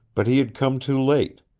but he had come too late.